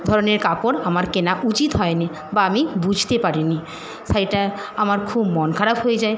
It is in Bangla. ধরণের কাপড় আমার কেনা উচিত হয়নি বা আমি বুঝতে পারিনি শাড়িটা আমার খুব মন খারাপ হয়ে যায়